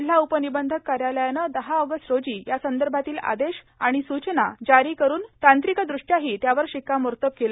जिल्हा उपनिबंधक कार्यालयानं दहा ऑगस्ट रोजी या संदर्भातील आदेश तथा स्रचना जारी करून तांत्रिकदृष्ट्याही त्यावर शिक्कामोर्तब केलं